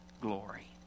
glory